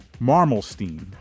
Marmalstein